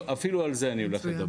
אפילו על זה אני הולך לדבר.